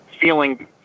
feeling